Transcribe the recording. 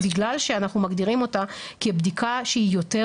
בגלל שאנחנו מגדירים אותה כבדיקה שהיא יותר